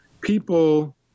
people